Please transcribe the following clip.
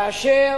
כאשר